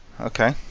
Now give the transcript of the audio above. okay